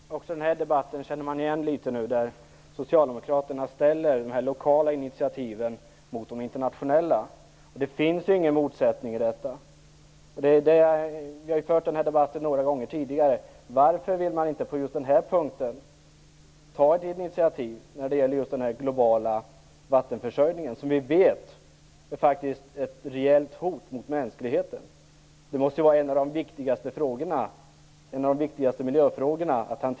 Herr talman! Också den här debatten känner man numera igen. Socialdemokraterna ställer de lokala initiativen mot de internationella. Det finns ju ingen motsättning. Vi har fört denna debatten några gånger tidigare. Varför vill man på just denna punkt, den globala vattenförsörjningen, inte ta något initiativ? Vi vet att det faktiskt handlar om ett reellt hot mot mänskligheten. Detta måste vara en av de viktigaste miljöfrågorna.